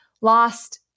lost